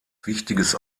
wichtiges